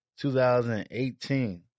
2018